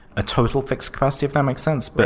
a totally fixed capacity if that makes sense. but